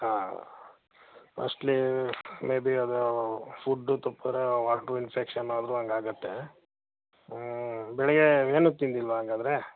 ಹಾಂ firstly maybe ಅದು food ತುಪ್ಪದ ಇನ್ಫೆಕ್ಷನ್ ಆದರೂ ಹಾಗಾಗತ್ತೆ ಬೆಳಿಗ್ಗೆ ಏನೂ ತಿಂದಿಲ್ವಾ ಹಾಗಾದ್ರೆ